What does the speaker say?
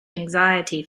anxiety